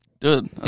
Dude